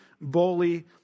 bully